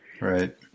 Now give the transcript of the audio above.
Right